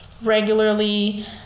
regularly